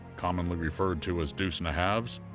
commonly referred to as deuce and a halves,